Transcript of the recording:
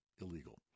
illegal